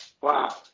wow